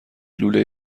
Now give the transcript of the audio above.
لوله